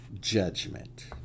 judgment